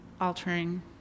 altering